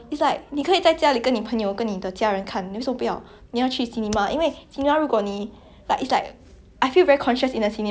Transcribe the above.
I feel very conscious in a cinema you know I want to scream also cannot scream properly ya so I don't really like to go to the cinema to watch horror movies yeah